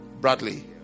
bradley